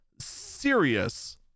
serious